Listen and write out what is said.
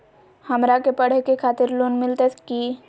हमरा के पढ़े के खातिर लोन मिलते की?